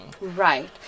right